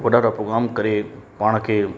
ऐं वॾा वॾा प्रोग्राम करे पाण खे